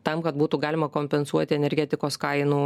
tam kad būtų galima kompensuoti energetikos kainų